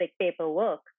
paperwork